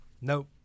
Nope